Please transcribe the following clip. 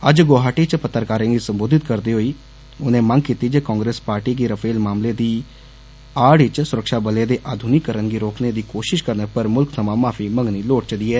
अज्ज गुवाहाटी च पत्रकारें गी संबोधित करदे होई उनें मंग कीती जे कांग्रेस पार्टी गी रफाल मामले दी आड़ च सुरक्षाबलें दे आधुनिकरण गी रोकने दी कोषष करने पर मुल्ख थमां माफी मंग्गनी लोड़चदी ऐ